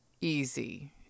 easy